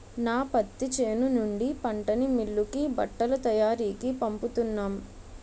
నా పత్తి చేను నుండి పంటని మిల్లుకి బట్టల తయారికీ పంపుతున్నాం